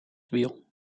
wiel